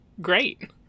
Great